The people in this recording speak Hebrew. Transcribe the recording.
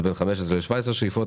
זה בין 15 ל-17 שאיפות.